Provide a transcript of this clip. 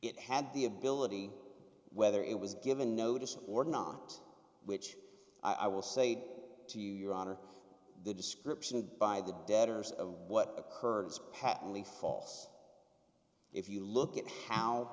it had the ability whether it was given notice or not which i will say to you your honor the description by the debtors of what occurred is patently false if you look at how